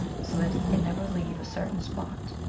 so that he can never leave a certain spot.